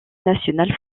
nationale